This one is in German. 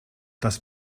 das